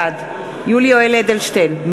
בעד יולי יואל אדלשטיין,